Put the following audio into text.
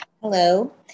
Hello